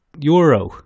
euro